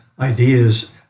ideas